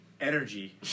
energy